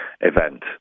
event